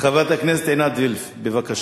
חברת הכנסת עינת וילף, בבקשה.